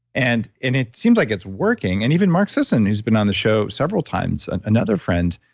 and and it seems like it's working and even mark sisson who's been on the show several times and another friend,